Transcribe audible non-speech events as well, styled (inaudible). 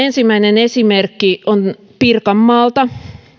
(unintelligible) ensimmäinen esimerkkini on pirkanmaalta